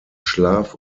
schlaf